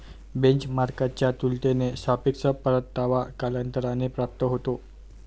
बेंचमार्कच्या तुलनेत सापेक्ष परतावा कालांतराने प्राप्त होतो